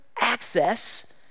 access